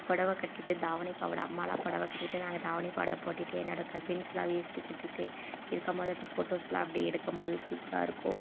பொடவை கட்டிட்டு தாவணி பாவாடை அம்மாலாம் பொடவை கட்டிட்டு நாங்கள் தாவணி பாவடை போட்டுட்டு என்னோட கஷின்ஸ்லாம் வேஷ்டி கட்டிட்டு இருக்கும்போது அந்த ஃபோட்டோஸ்லாம் அப்படி எடுக்கும்போது சூப்பராக இருக்கும்